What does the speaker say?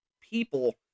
people